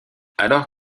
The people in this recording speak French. alors